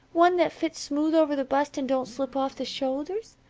one that fits smooth over the bust and don't slip off the shoulders?